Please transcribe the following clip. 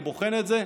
אני בוחן את זה,